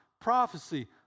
prophecy